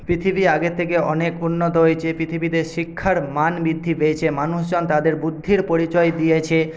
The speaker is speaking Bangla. পৃথিবী আগের থেকে অনেক উন্নত হয়েছে পৃথিবীতে শিক্ষার মান বৃদ্ধি পেয়েছে মানুষজন তাদের বুদ্ধির পরিচয় দিয়েছে